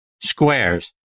Squares